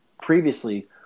previously